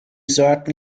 sorten